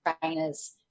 trainers